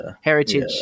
heritage